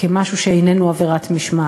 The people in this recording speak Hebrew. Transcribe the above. כמשהו שאיננו עבירת משמעת,